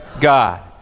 God